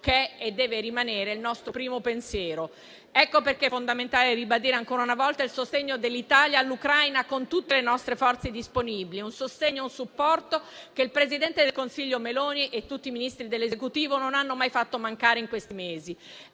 che è e deve rimanere il nostro primo pensiero. Ecco perché è fondamentale ribadire ancora una volta il sostegno dell'Italia all'Ucraina con tutte le nostre forze disponibili; un sostegno e un supporto che il presidente del Consiglio Meloni e tutti i Ministri dell'Esecutivo non hanno mai fatto mancare in questi mesi.